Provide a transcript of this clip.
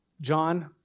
John